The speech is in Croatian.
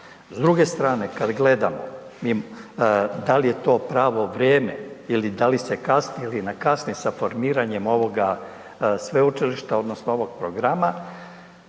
S druge strane kad gledamo da li je to pravo vrijeme ili da li se kasni ili ne kasni sa formiranjem ovoga sveučilišta odnosno ovog programa,